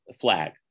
flag